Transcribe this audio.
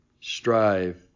strive